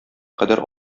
кадәр